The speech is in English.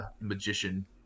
magician